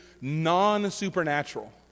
non-supernatural